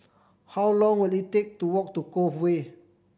how long will it take to walk to Cove Way